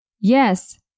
Yes